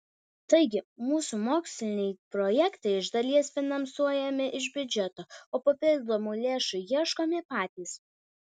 taigi mūsų moksliniai projektai iš dalies finansuojami iš biudžeto o papildomų lėšų ieškome patys